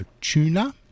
tuna